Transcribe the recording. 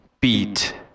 beat